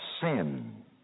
sin